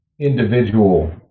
individual